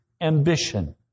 ambition